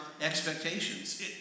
expectations